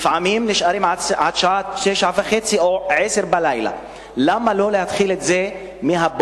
לפעמים נשארים עד השעה 21:30 או 22:00. למה לא להתחיל את זה בבוקר,